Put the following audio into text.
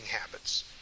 habits